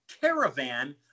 caravan